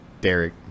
Derek